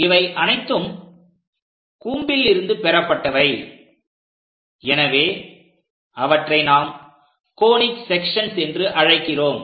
இவை அனைத்தும் கூம்பில் இருந்து பெறப்பட்டவை எனவே அவற்றை நாம் கோனிக் செக்ஷன்ஸ் என்று அழைக்கிறோம்